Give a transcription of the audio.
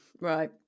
Right